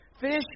fish